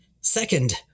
Second